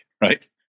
right